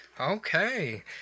Okay